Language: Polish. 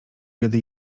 biedy